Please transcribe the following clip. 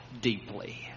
deeply